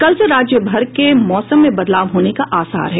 कल से राज्यभर के मौसम में बदलाव होने के आसार हैं